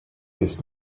ist